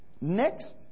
Next